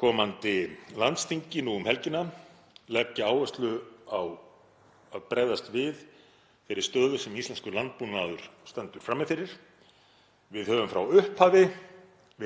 komandi landsþingi nú um helgina leggja áherslu á að bregðast við þeirri stöðu sem íslenskur landbúnaður stendur frammi fyrir. Við höfum frá upphafi